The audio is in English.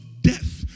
death